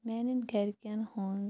میٛانٮ۪ن گَرِکٮ۪ن ہُنٛد